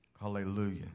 Hallelujah